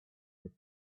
with